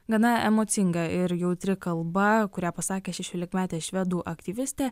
gana emocinga ir jautri kalba kurią pasakė šešiolikmetė švedų aktyvistė